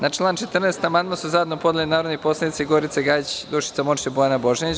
Na član 14. amandman su zajedno podnele narodni poslanici Gorica Gajić, Dušica Morčev i Bojana Božanić.